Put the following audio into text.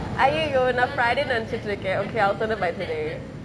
!aiyoyo! நா:naa friday னு நெனச்சிட்டு இருக்கே:nu nenaichittu irukke okay I'll send it by today